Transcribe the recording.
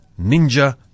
Ninja